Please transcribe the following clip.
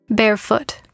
barefoot